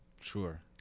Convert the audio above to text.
Sure